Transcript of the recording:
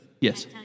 Yes